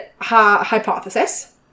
hypothesis